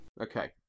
Okay